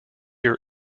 your